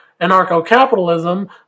anarcho-capitalism